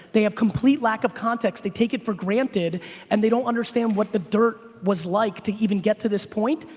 they have complete lack of context, they take it for granted and they don't understand what the dirt was like to even get to this point.